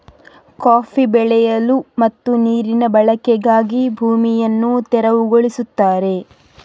coffee ಬೆಳೆಯಲು ಮತ್ತು ನೀರಿನ ಬಳಕೆಗಾಗಿ ಭೂಮಿಯನ್ನು ತೆರವುಗೊಳಿಸುತ್ತಾರೆ